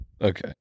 Okay